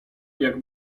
jak